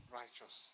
righteous